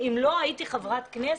אם לא הייתי חברתך כנסת,